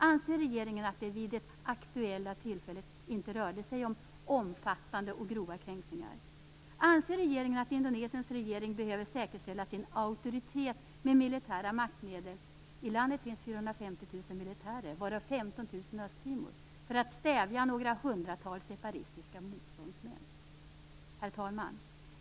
Anser regeringen att det vid det aktuella tillfället inte rörde sig om omfattande och grova kränkningar? Anser regeringen att Indonesiens regering behöver säkerställa sin auktoritet med militära maktmedel? I landet finns 450 000 militärer, varav 15 000 i Östtimor för att stävja några hundratal separatistiska motståndsmän. Herr talman!